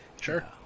Sure